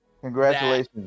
Congratulations